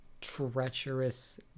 treacherous